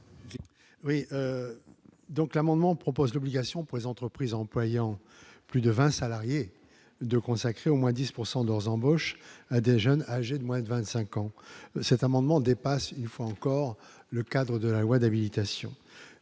Oui, donc l'amendement propose l'obligation pour les entreprises employant plus de 20 salariés de consacrer au moins 10 pourcent de leurs embauches des jeunes âgés de moins de 25 ans cet amendement dépasse, il faut encore le cadre de la loi d'habilitation